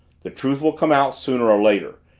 the truth will come out, sooner or later!